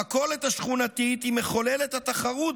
המכולת השכונתית היא מחוללת התחרות